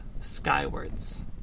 skywards